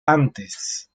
antes